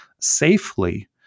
safely